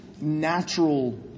natural